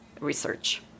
research